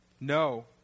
No